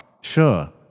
Sure